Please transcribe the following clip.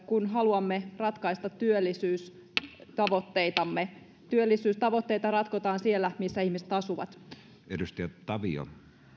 kun haluamme ratkaista työllisyystavoitteitamme työllisyystavoitteita ratkotaan siellä missä ihmiset asuvat